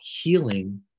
healing